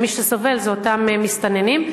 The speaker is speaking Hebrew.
ומי שסובל זה אותם מסתננים,